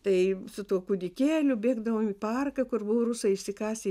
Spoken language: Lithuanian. tai su tuo kūdikėliu bėgdavom į parką kur buvo rusai išsikasę